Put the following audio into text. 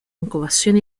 incubación